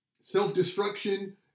self-destruction